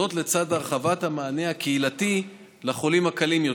זאת, לצד הרחבת המענה הקהילתי לחולים הקלים יותר.